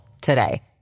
today